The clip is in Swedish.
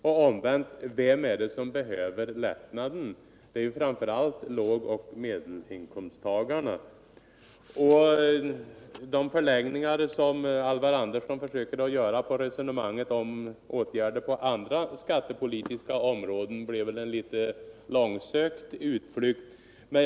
Och omvänt: inkomstskatte Vem är det som behöver en lättnad? Det är ju framför allt låg och medelinkomsttagarna. De förlängningar av resonemanget som Alvar Andersson försökte göra på andra skattepolitiska områden blev väl ändå litet långsökta utflykter.